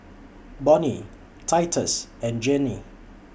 Bonny Titus and Jeannie